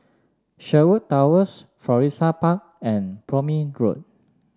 Sherwood Towers Florissa Park and Prome Road